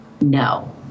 no